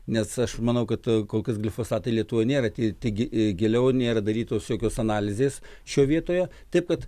nes aš manau kad kol kas glifosatai lietuvoje nėra tik ti giliau nėra darytos jokios analizės šioj vietoje taip kad